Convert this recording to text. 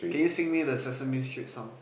can you sing me the Sesame Street song